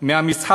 מהמשחק